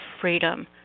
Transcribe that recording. freedom